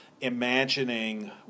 imagining